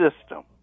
system